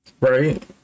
Right